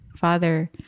father